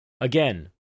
Again